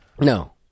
No